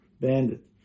bandit